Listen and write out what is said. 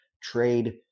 trade